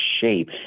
shape